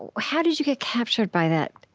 how did you get captured by that,